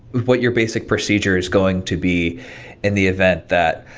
what your basic procedure is going to be in the event that,